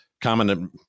common